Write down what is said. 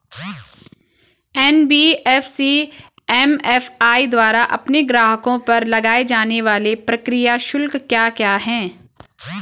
NBFC MFI द्वारा अपने ग्राहकों पर लगाए जाने वाले प्रक्रिया शुल्क क्या क्या हैं?